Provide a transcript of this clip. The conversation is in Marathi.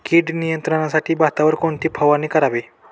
कीड नियंत्रणासाठी भातावर कोणती फवारणी करावी?